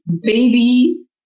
baby